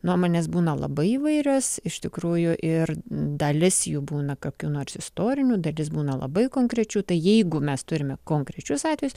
nuomonės būna labai įvairios iš tikrųjų ir dalis jų būna kokių nors istorinių dalis būna labai konkrečių tai jeigu mes turime konkrečius atvejus